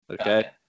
Okay